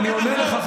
אני אומר לך,